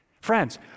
Friends